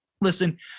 listen